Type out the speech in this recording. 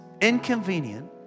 inconvenient